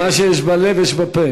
אתה מאלה שמה שיש בלב יש בפה.